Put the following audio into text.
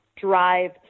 drive